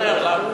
ההצעה להעביר